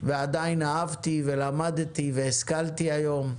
ועדיין אהבתי ולמדתי והשכלתי היום,